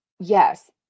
yes